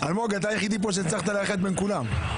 אלמוג, אתה היחידי פה שהצלחת לאחד בין כולם...